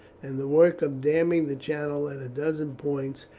and the work of damming the channel at a dozen points,